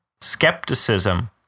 skepticism